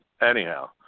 anyhow